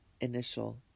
initial